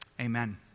Amen